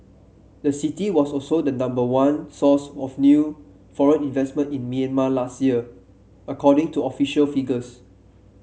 the city was also the number one source of new foreign investment in Myanmar last year according to official figures